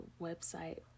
website